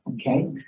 okay